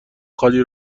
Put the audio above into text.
خالی